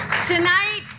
Tonight